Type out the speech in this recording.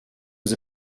was